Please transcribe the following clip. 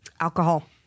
Alcohol